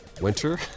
Winter